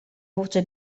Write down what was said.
voce